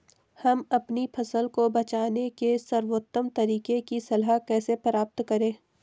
हम अपनी फसल को बचाने के सर्वोत्तम तरीके की सलाह कैसे प्राप्त करें?